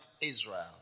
Israel